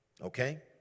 okay